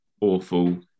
awful